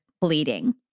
bleeding